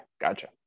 Gotcha